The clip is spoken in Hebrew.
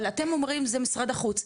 אבל אתם אומרים זה משרד החוץ,